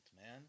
man